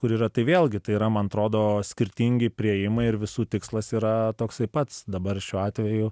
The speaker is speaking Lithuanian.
kur yra tai vėlgi tai yra man atrodo skirtingi priėjimai ir visų tikslas yra toksai pats dabar šiuo atveju